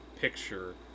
picture